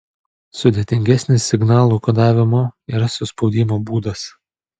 sudėtingesnis signalų kodavimo ir suspaudimo būdas